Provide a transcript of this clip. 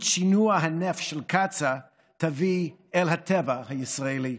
שינוע הנפט של קצא"א תביא אל הטבע הישראלי.